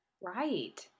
Right